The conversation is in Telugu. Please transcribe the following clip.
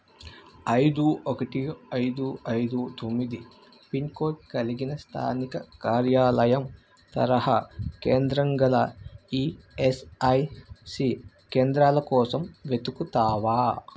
ఐదు ఒకటి ఐదు ఐదు తొమ్మిది పిన్కోడ్ కలిగిన స్థానిక కార్యాలయం తరహా కేంద్రం గల ఈఎస్ఐసి కేంద్రాల కోసం వెతుకుతావా